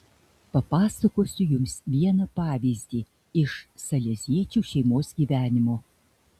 papasakosiu jums vieną pavyzdį iš saleziečių šeimos gyvenimo